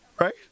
right